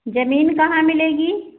जमीन कहाँ मिलेगी